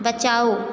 बचाओ